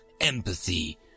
Empathy